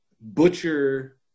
butcher